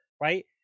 right